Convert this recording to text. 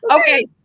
Okay